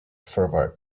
forward